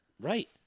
Right